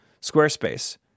Squarespace